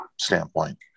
standpoint